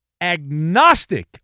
agnostic